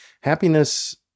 happiness